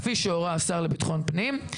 כפי שהורה השר לביטחון הפנים,